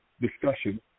discussion